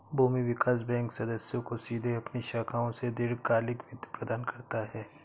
भूमि विकास बैंक सदस्यों को सीधे अपनी शाखाओं से दीर्घकालिक वित्त प्रदान करता है